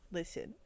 listen